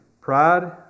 Pride